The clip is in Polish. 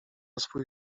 swój